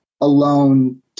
alone